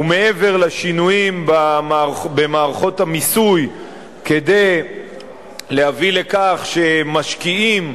ומעבר לשינויים במערכות המיסוי כדי להביא לכך שמשקיעים,